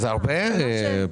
זה סכום משמעותי.